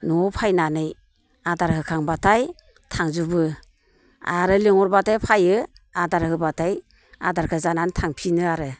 न'आव फैनानै आदार होखांबाथाय थांजोबो आरो लिंहरबाथाय फैयो आदार होबाथाय आदारखौ जानानै थांफिनो आरो